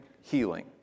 healing